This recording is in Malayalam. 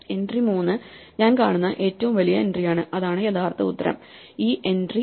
എൻട്രി 3 ഞാൻ കാണുന്ന ഏറ്റവും വലിയ എൻട്രിയാണ് അതാണ് യഥാർത്ഥ ഉത്തരം ഈ എൻട്രി 3